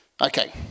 Okay